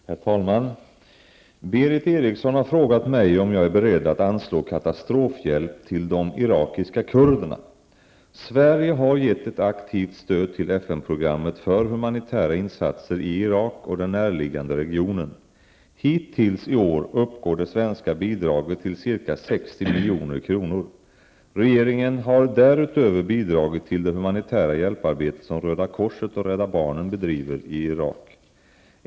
Herr talman! Berith Eriksson har frågat mig om jag är beredd att anslå katastrofhjälp till de irakiska kurderna. Sverige har gett ett aktivt stöd till FN-programmet för humanitära insatser i Irak och den närliggande regionen. Hittills i år uppgår det svenska bidraget till ca 60 milj.kr. Regeringen har därutöver bidragit till det humanitära hjälparbete som Röda korset och Rädda barnen bedriver i Irak.